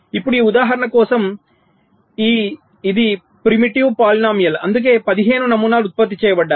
ఇప్పుడు ఈ ఉదాహరణ కోసం ఇది ఆదిమ బహుపది అందుకే 15 నమూనాలు ఉత్పత్తి చేయబడ్డాయి